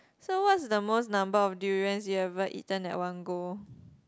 so what is the most number of durians you ever eaten at one go